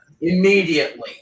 immediately